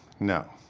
no